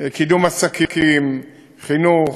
קידום עסקים, חינוך,